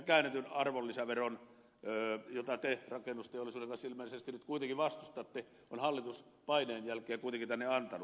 käännetyn arvonlisäveron jota te rakennusteollisuuden kanssa ilmeisesti nyt kuitenkin vastustatte on hallitus paineen jälkeen kuitenkin tänne antanut